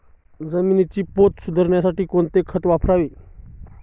जमिनीचा पोत सुधारण्यासाठी कोणते खत वापरावे?